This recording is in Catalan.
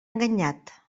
enganyat